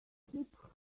keep